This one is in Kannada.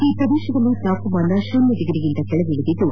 ಈ ಪ್ರದೇಶದಲ್ಲಿ ತಾಪಮಾನ ಶೂನ್ಲ ಡಿಗ್ಗಿಂತ ಕೆಳಗಿದಿದ್ದು